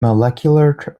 molecular